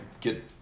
get